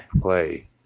play